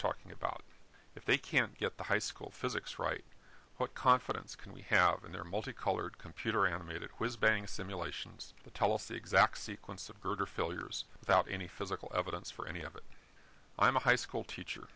talking about if they can't get the high school physics right what confidence can we have in there multicolored computer animated whiz bang simulations to tell us the exact sequence of girder failures without any physical evidence for any of it i'm a high school teacher